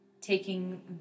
taking